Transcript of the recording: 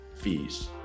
fees